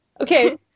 okay